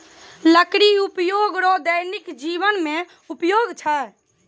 लकड़ी उपयोग रो दैनिक जिवन मे उपयोग छै